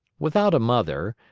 without a mother,